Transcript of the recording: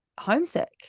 homesick